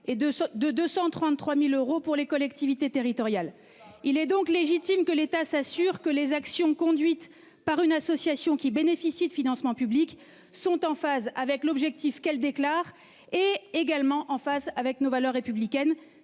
et de 233 000 euros des collectivités territoriales. Il est donc légitime que l'État s'assure que les actions conduites par une association bénéficiant de financements publics sont en phase avec l'objectif qu'elle déclare, ainsi qu'avec nos valeurs républicaines.